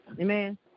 amen